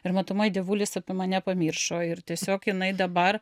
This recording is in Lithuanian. ir matomai dievulis apie mane pamiršo ir tiesiog jinai dabar